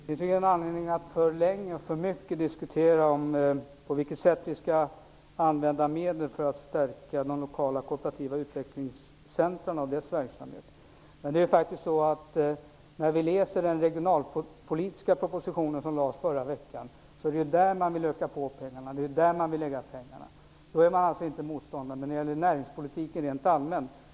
Herr talman! Det finns ingen anledning att länge diskutera på vilket sätt vi skall använda medel för att stärka de lokala kooperativa utvecklingscentrumen och deras verksamhet. När vi läser den regionalpolitiska proposition som lades fram förra veckan ser vi att det är där som man vill öka anslagen och lägga pengarna. Det är man alltså inte motståndare till, men det är man när det gäller näringspolitiken rent allmänt.